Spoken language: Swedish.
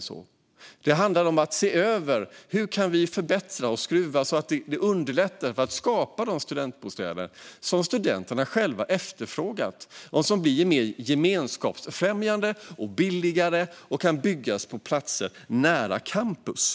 Det handlar om att se över hur vi kan förbättra och skruva så att vi underlättar för att skapa de studentbostäder som studenterna själva efterfrågar - de som är gemenskapsfrämjande och billigare och kan byggas på platser nära campus.